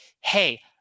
hey